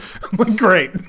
Great